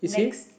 next